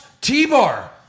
T-bar